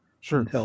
Sure